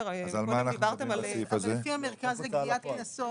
אבל לפי המרכז לגביית קנסות.